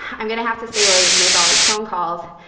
i'm going to have to stay late and make all these phone calls.